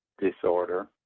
disorder